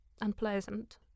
unpleasant